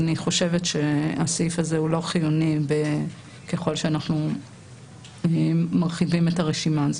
אני חושבת שהסעיף הזה הוא לא חיוני ככל שאנחנו מרחיבים את הרשימה הזאת.